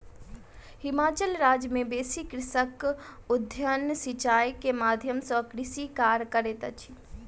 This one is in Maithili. हिमाचल राज्य मे बेसी कृषक उद्वहन सिचाई के माध्यम सॅ कृषि कार्य करैत अछि